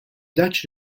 dutch